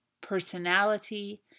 personality